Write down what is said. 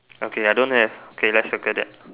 okay I don't have K let's circle that